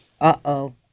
Uh-oh